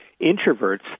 Introverts